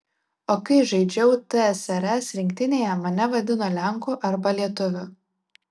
o kai žaidžiau tsrs rinktinėje mane vadino lenku arba lietuviu